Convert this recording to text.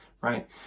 right